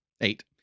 eight